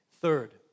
Third